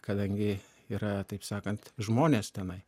kadangi yra taip sakant žmonės tenai